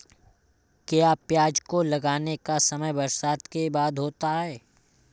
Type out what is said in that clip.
क्या प्याज को लगाने का समय बरसात के बाद होता है?